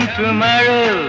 tomorrow